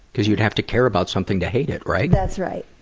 because you have to care about something to hate it, right? that's right.